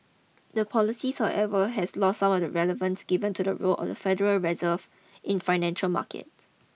the policies however has lost some of the relevance given to the role of the Federal Reserve in financial markets